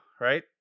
right